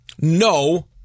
No